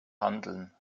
handeln